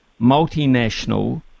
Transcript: Multinational